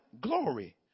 glory